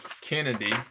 kennedy